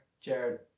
jared